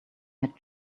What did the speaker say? had